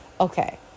Okay